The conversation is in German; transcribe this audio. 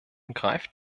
greift